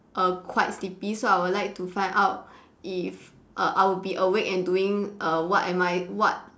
err quite sleepy so I would like to find out if err I'll be awake and doing err what am I what